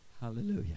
Hallelujah